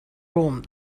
room